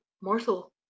mortal